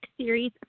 Series